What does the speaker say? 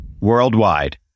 Worldwide